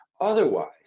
Otherwise